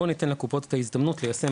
בוא ניתן לקופות את ההזדמנות ליישם